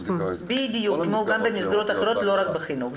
בדיוק, כמו גם במסגרות אחרות, לא רק בחינוך.